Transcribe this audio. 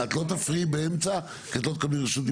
את לא תפריעי באמצע, כי את לא תקבלי רשות דיבור.